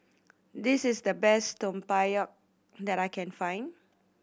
this is the best Tempoyak that I can find